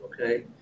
okay